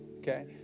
Okay